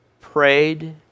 prayed